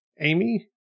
Amy